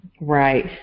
right